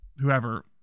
whoever